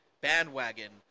bandwagon